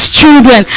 children